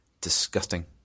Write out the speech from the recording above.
Disgusting